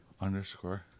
underscore